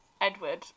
Edward